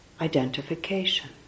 identification